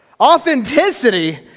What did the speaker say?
Authenticity